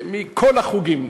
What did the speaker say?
מכל החוגים,